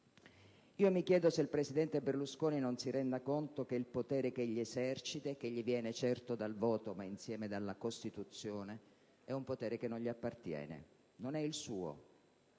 Mi chiedo se il presidente Berlusconi si renda conto che il potere che egli esercita, e che gli viene, certo, dal voto ma, insieme, dalla Costituzione, è un potere che non gli appartiene: non è il suo,